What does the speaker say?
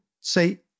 say